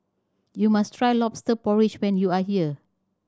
you must try Lobster Porridge when you are here